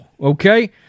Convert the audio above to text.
okay